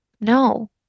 No